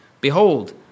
Behold